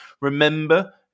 remember